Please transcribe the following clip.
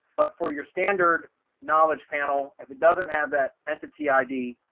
but for your standard knowledge panel, if it doesn't have that entity id